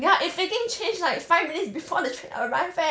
ya it freaking changed like five minutes before the train arrived eh